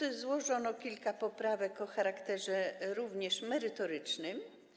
Dlatego złożono kilka poprawek o charakterze również merytorycznym.